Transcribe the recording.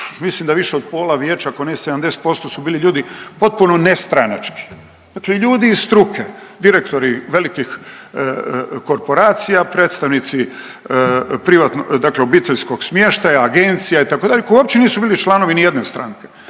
mislim da više od pola vijeća, ako ne i 70% su bili ljudi potpuno nestranački, dakle ljudi iz struke, direktori velikih korporacija, predstavnici privat…, dakle obiteljskog smještaja, agencija itd., koji uopće nisu bili članovi nijedne stranke,